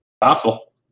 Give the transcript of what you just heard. Possible